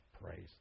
praise